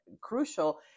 crucial